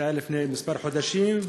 זה היה לפני חודשים מספר,